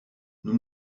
nous